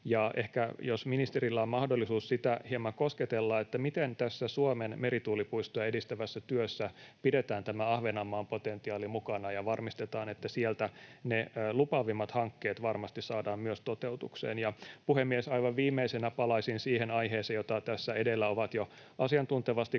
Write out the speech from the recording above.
Ehkä, jos ministerillä on mahdollisuus sitä hieman kosketella, kysyisin: miten tässä Suomen merituulipuistoja edistävässä työssä pidetään tämä Ahvenanmaan potentiaali mukana ja varmistetaan, että sieltä ne lupaavimmat hankkeet varmasti saadaan myös toteutukseen? Ja, puhemies, aivan viimeisenä palaisin siihen aiheeseen, jota tässä edellä ovat jo asiantuntevasti kosketelleet